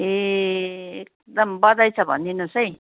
ए एकदम बधाई छ भनिदिनुहोस् है